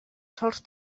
sols